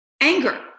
anger